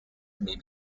may